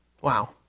Wow